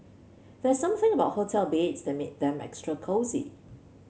there's something about hotel beds that make them extra cosy